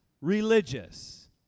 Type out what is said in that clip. religious